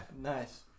Nice